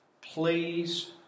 Please